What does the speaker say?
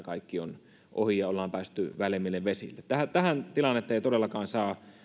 kaikki on ohi ja ollaan päästy väljemmille vesille tähän tähän tilannetta ei todellakaan saa